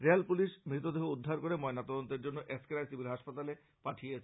rail police মৃতদেহ উদ্ধার করে ময়না তদন্তের জন্য এস কে রায় সিভিল হাসপাতালে পাঠিয়েছে